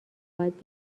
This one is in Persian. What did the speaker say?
باید